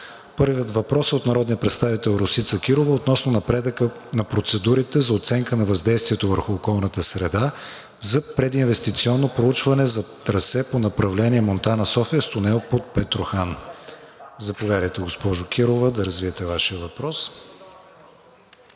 Първият въпрос е от народния представител Росица Кирова относно напредъка на процедурите за оценка на въздействието върху околната среда за прединвестиционно проучване за трасе по направление Монтана – София с тунел под Петрохан. Заповядайте, госпожо Кирова, да развиете Вашия въпрос.